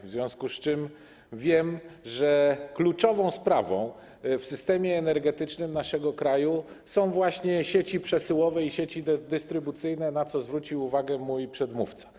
W związku z tym wiem, że kluczową sprawą w systemie energetycznym naszego kraju są właśnie sieci przesyłowe i sieci dystrybucyjne, na co zwrócił uwagę mój przedmówca.